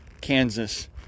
Kansas